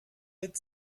mit